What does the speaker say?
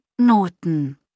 Noten